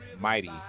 mighty